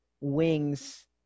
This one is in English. wings